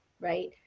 right